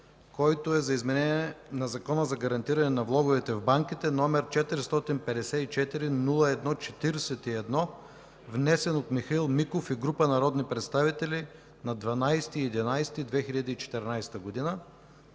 за изменение на Закона за гарантиране на влоговете в банките, № 454-01-41, внесен от Михаил Миков и група народни представители на 12 ноември